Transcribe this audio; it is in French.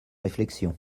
réflexion